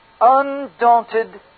undaunted